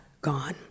gone